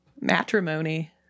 matrimony